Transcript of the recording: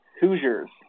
Hoosiers